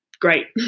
great